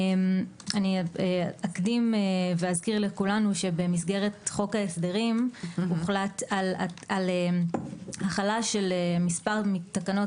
אני אקדים ואזכיר לכולנו שבמסגרת חוק ההסדרים הוחלט על החלה של מספר תקנות